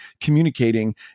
communicating